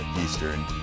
Eastern